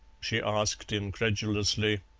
she asked incredulously.